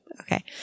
Okay